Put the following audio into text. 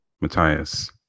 matthias